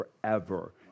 forever